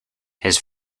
his